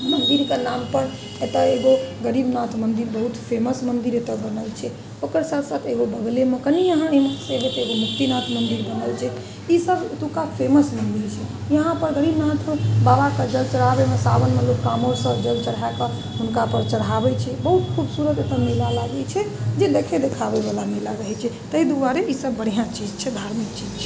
मन्दिरके नामपर एतऽ एगो गरीबनाथ मन्दिर बहुत फेमस मन्दिर एतऽ बनल छै ओकर साथ साथ एगो बगलेमे कनी अहाँ एमहरसँ अएबै तऽ एगो मुक्तिनाथ मन्दिर बनल छै ईसब ओतुका फेमस मन्दिर छै यहाँपर गरीबनाथ बाबापर जल चढ़ाबैमे सावनमे लोग काँवरसँ जल चढ़ाकऽ हुनकापर चढ़ाबै छै बहुत खूबसूरत ओतऽ मेला लागै छै जे देखै देखाबैवला मेला रहै छै ताहि दुआरे ईसब बढ़िआँ चीज छै धार्मिक चीज छै